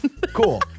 Cool